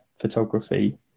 photography